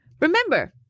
Remember